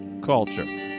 culture